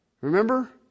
Remember